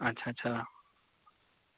अच्छा अच्छा